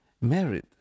married